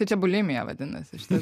tai čia bulimija vadinasi šitas